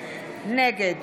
נגד